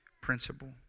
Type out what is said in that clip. principle